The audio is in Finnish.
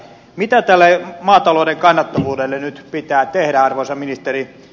mitä tälle maatalouden kannattavuudelle nyt pitää tehdä arvoisa ministeri